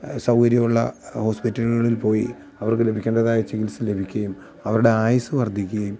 സൗകര്യമുള്ള ഹോസ്പിറ്റലുകളിൽ പോയി അവർക്ക് ലഭിക്കേണ്ടതായ ചികിത്സ ലഭിക്കുകയും അവരുടെ ആയുസ്സ് വർദ്ധിക്കയും